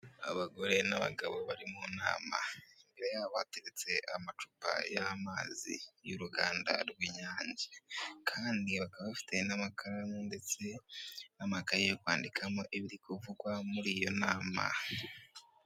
Abagore n'abagabo bari mu nama imbere yabo hateretse amacupa y'amazi y'uruganda rw'inyange, kandi bakaba bafite n'amakaramu ndetse n'amakaye yo kwandikamo ibiri kuvugwa muri iyo nama...